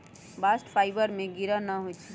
bast fibre में गिरह न होई छै